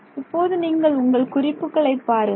இப்போது நீங்கள் உங்கள் குறிப்புகளை பாருங்கள்